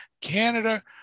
Canada